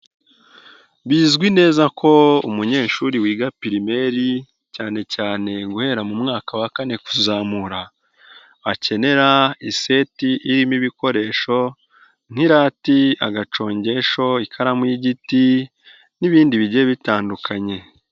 Bizwi neza ko umunyeshuri wiga pirimeri, cyane cyane guhera mu mwaka wa kane kuzamura, akenera iseti irimo ibikoresho nk'irati, agacongesho, ikaramu y'igiti n'ibindi bigiye bitandukanye.